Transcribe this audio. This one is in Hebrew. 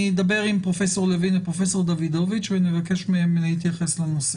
אני אדבר עם פרופסור לוין ופרופסור דוידוביץ' ונבקש מהם להתייחס לנושא.